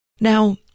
Now